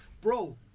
bro